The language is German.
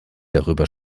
darüber